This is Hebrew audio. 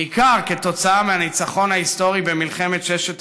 בעיקר כתוצאה מהניצחון ההיסטורי במלחמת ששת